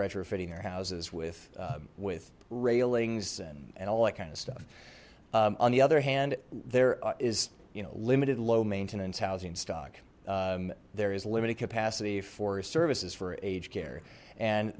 retrofitting their houses with with railings and all that kind of stuff on the other hand there is you know limited low maintenance housing stock there is limited capacity for services for aged care and